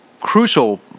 crucial